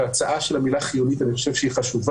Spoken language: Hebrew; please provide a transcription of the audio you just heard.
וההצעה של המילה חיונית חשובה,